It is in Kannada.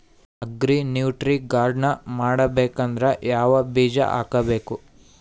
ಅಗ್ರಿ ನ್ಯೂಟ್ರಿ ಗಾರ್ಡನ್ ಮಾಡಬೇಕಂದ್ರ ಯಾವ ಬೀಜ ಹಾಕಬೇಕು?